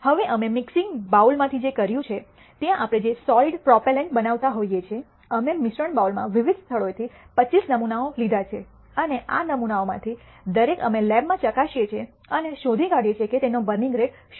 હવે અમે મિકસિંગ બાઉલમાંથી જે કર્યું છે ત્યાં આપણે જે સૉલિડ પ્રોપેલેન્ટ બનાવતા હોઈએ છીએ અમે મિશ્રણ બાઉલમાં વિવિધ સ્થળોએથી 25 નમૂનાઓ લીધા છે અને આ નમૂનાઓમાંથી દરેક અમે લેબમાં ચકાસીએ છીએ અને શોધી કાઢીએ છીએ કે તેનો બર્નિંગ રેટ શું છે